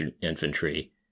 infantry